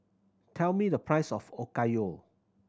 tell me the price of Okayu